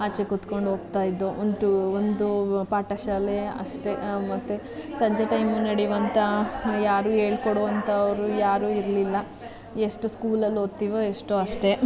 ಆಚೆ ಕುತ್ಕೊಂಡು ಹೋಗ್ತಾ ಇದ್ದು ಒಂದು ಒಂದು ಪಾಠ ಶಾಲೆ ಅಷ್ಟೇ ಮತ್ತು ಸಂಜೆ ಟೈಮ್ ನಡೆಯುವಂಥ ಯಾರು ಹೇಳ್ಕೊಡುವಂಥವ್ರು ಯಾರೂ ಇರಲಿಲ್ಲ ಎಷ್ಟು ಸ್ಕೂಲಲ್ಲಿ ಓದ್ತೀವೋ ಎಷ್ಟು ಅಷ್ಟೇ